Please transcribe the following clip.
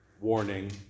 warning